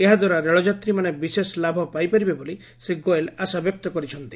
ଏହା ଦ୍ୱାରା ରେଳଯାତ୍ରୀମାନେ ବିଶେଷ ଲାଭ ପାଇପାରିବେ ବୋଲି ଶ୍ରୀ ଗୋଏଲ ଆଶାବ୍ୟକ୍ତ କରିଛନ୍ତି